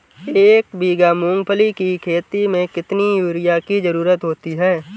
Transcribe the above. एक बीघा मूंगफली की खेती में कितनी यूरिया की ज़रुरत होती है?